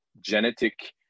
genetic